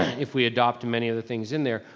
if we adopt many of the things in there,